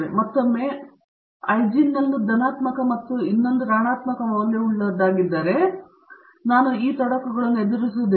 ಮತ್ತೊಮ್ಮೆ ನಿಮಗೆ 1 ಐಜೆನ್ವಲ್ಯೂ ಧನಾತ್ಮಕ ಮತ್ತು ಇನ್ನೊಂದು ಋಣಾತ್ಮಕ ಮೌಲ್ಯವುಳ್ಳದ್ದಾಗಿದ್ದರೆ ನಾನು ಈ ತೊಡಕುಗಳನ್ನು ಎದುರಿಸುವುದಿಲ್ಲ